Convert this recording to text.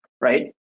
right